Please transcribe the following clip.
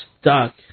stuck